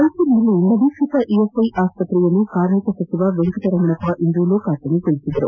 ಮೈಸೂರಿನಲ್ಲಿ ನವೀಕೃತ ಇಎಸ್ಐ ಆಸ್ಪತ್ರೆಯನ್ನು ಕಾರ್ಮಿಕ ಸಚಿವ ವೆಂಕಟರಮಣಪ್ಪ ಇಂದು ಲೋಕಾರ್ಪಣೆಗೊಳಿಸಿದರು